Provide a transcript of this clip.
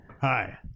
Hi